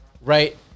right